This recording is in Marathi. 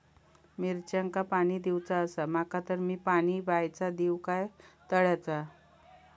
मिरचांका पाणी दिवचा आसा माका तर मी पाणी बायचा दिव काय तळ्याचा?